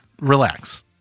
Relax